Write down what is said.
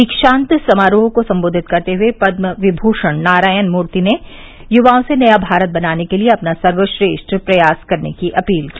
दीक्षांत समारोह को सम्बोधित करते हुये पद्मविभूषण नारायण मूर्ति ने युवाओं से नया भारत बनाने के लिये अपना सर्वश्रेष्ठ प्रयास करने की अपील की